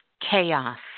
Chaos